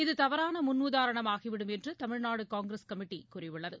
இது தவறான முன்னுதாரணம் ஆகிவிடும் என்று தமிழ்நாடு காங்கிரஸ் கமிட்டி கூறியுள்ளது